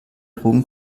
drogen